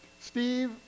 Steve